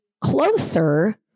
closer